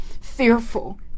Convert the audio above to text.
fearful